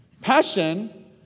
Passion